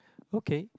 okay